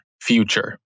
future